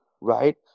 right